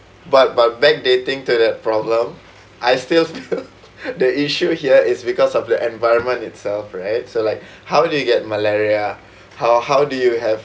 but but backdating to that problem I still the issue here is because of the environment itself right so like how did you get malaria how how do you have